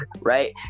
right